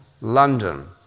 London